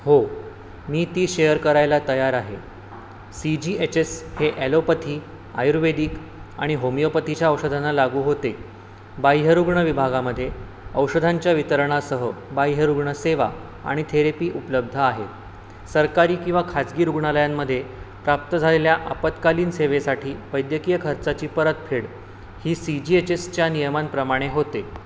हो मी ती शेअर करायला तयार आहे सी जी एच एस हे ॲलोपथी आयुर्वेदिक आणि होमिओपथीच्या औषधांना लागू होते बाह्यरुग्ण विभागामध्ये औषधांच्या वितरणासह बाह्यरुग्ण सेवा आणि थेरेपी उपलब्ध आहेत सरकारी किंवा खाजगी रुग्णालयांमध्ये प्राप्त झालेल्या आपत्कालीन सेवेसाठी वैद्यकीय खर्चाची परतफेड ही सी जी एच एसच्या नियमांप्रमाणे होते